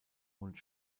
und